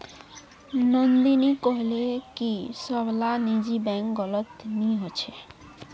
नंदिनी कोहले की सब ला निजी बैंक गलत नि होछे